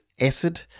acid